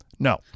No